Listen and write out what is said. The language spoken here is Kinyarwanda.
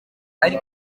ari